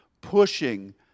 pushing